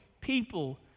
people